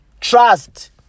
trust